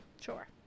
sure